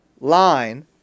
line